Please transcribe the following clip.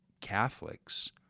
Catholics